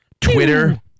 Twitter